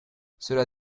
cela